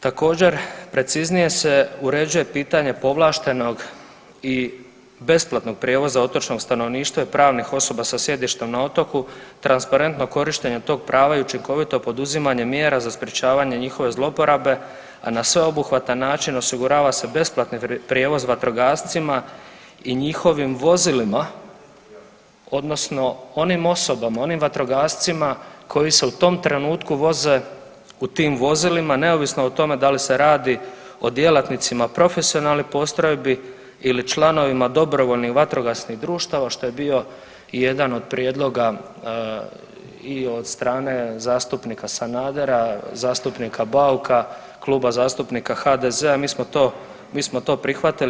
Također, preciznije se uređuje pitanje povlaštenog i besplatnog prijevoza otočnog stanovništva i pravnih osoba sa sjedištem na otoku, transparentno korištenje tog prava i učinkovito poduzimanje mjera za sprječavanje njihove zlouporabe, a na sveobuhvatan način osigurava se besplatni prijevoz vatrogascima i njihovim vozilima odnosno onim osobama onim vatrogascima koji se u tom trenutku voze u tim vozilima neovisno o tome da li se radi o djelatnicima profesionalnih postrojbi ili članovima dobrovoljnih vatrogasnih društava što je bio i jedan od prijedloga i od strane zastupnika Sanadera, zastupnika Bauka, Kluba zastupnika HDZ-a, mi smo to, mi smo to prihvatili.